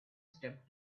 stepped